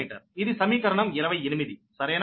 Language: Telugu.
ఇది సమీకరణం 28 సరేనా